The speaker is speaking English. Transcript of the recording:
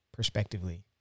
Perspectively